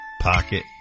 Pocket